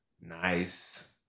Nice